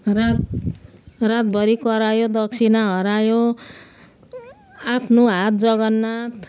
रात् रातभरि करायो दक्षिणा हरायो आफ्नो हात जगन्नाथ